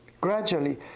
Gradually